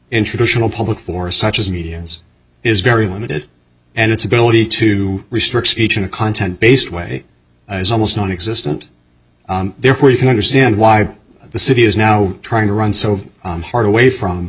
in traditional public for such as media is very limited and its ability to restrict speech and content based way is almost nonexistent therefore you can understand why the city is now trying to run so hard away from